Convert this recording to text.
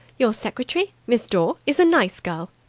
your secretary, miss dore, is a nice girl.